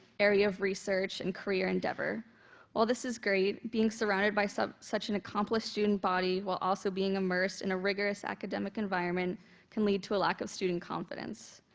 area of research and career endeavor. while all this is great, being surrounded by such such an accomplished student body while also being immersed in a rigorous academic environment can lead to a lack of student confidence.